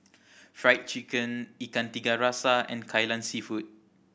Fried Chicken Ikan Tiga Rasa and Kai Lan Seafood